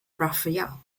rafael